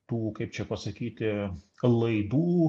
tų kaip čia pasakyti laidų